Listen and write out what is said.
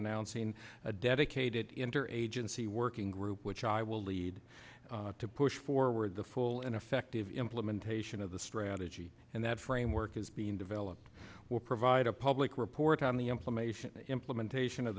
announcing a dedicated interagency working group which i will lead to push forward the full and effective implementation of the strategy and that framework is being developed will provide a public report on the implementation implementation of